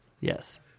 yes